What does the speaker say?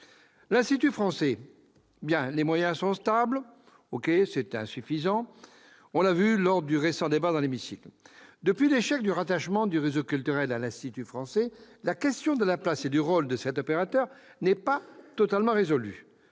l'Institut français. Ses moyens sont stables ; c'est bien, mais insuffisant, on l'a vu lors du récent débat dans cet hémicycle. Depuis l'échec du rattachement du réseau culturel à l'Institut français, la question de la place et du rôle de cet opérateur n'est pas totalement résolue.